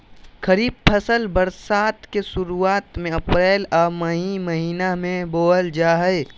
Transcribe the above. खरीफ फसल बरसात के शुरुआत में अप्रैल आ मई महीना में बोअल जा हइ